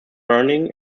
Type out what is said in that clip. burning